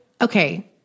okay